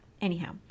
anyhow